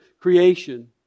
creation